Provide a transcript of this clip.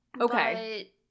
Okay